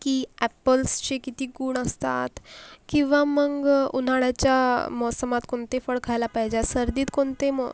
की ॲपल्सचे किती गुण असतात किंवा मग उन्हाळ्याच्या मौसमात कोणते फळ खायला पाहिजे सर्दीत कोणते मग